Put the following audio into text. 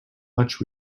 much